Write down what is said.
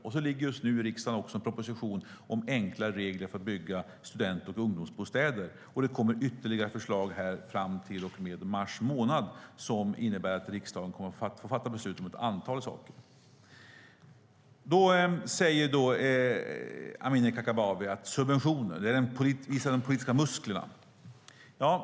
Och just nu ligger en proposition i riksdagen om enklare regler för att bygga student och ungdomsbostäder. Det kommer ytterligare förslag fram till och med mars månad som innebär att riksdagen kommer att få fatta beslut om ett antal saker. Amineh Kakabaveh säger att subventioner visar de politiska musklerna.